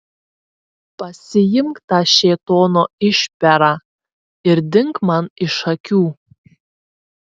pasiimk tą šėtono išperą ir dink man iš akių